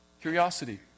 Curiosity